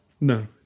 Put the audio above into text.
no